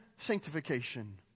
sanctification